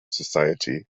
society